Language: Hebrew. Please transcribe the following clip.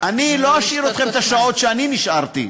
אני לא אשאיר אתכם את השעות שאני נשארתי.